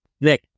Nick